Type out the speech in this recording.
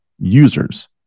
users